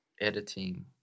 editing